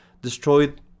destroyed